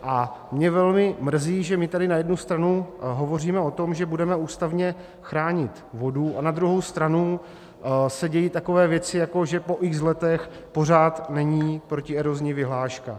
A mě velmi mrzí, že my tady na jednu stranu hovoříme o tom, že budeme ústavně chránit vodu, a na druhou stranu se dějí takové věci, jako že po x letech pořád není protierozní vyhláška.